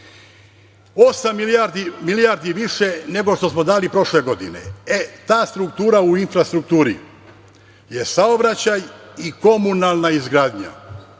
milijardi više nego što smo dali prošle godine. E, ta struktura u infrastrukturi je saobraćaj i komunalna izgradnja.